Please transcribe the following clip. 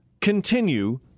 continue